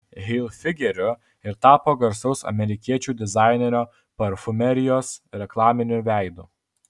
hilfigeriu ir tapo garsaus amerikiečių dizainerio parfumerijos reklaminiu veidu